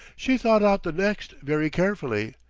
she thought out the next very carefully,